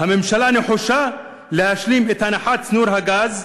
הממשלה נחושה להשלים את הנחת צינור הגז,